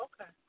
okay